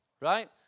Right